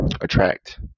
attract